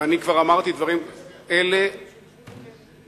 ואני כבר אמרתי דברים אלה, ראית שזה יכול להיות.